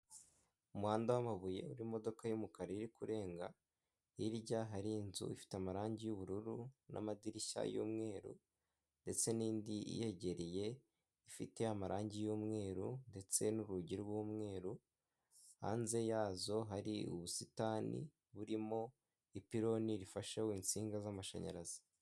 Umuhanda w'amabuye urimo imodoka y'umukara iri kurenga hirya hari inzu ifite amarangi y'ubururu n'amadirishya y'umweru ndetse n'indi iyegereye ifite amarangi y'umweru ndetse n'urugi rw'umweru hanze yazo hari ubusitani burimo ipironi rifashaho insinga z'amashanyarazi.